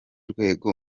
rwego